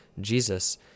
Jesus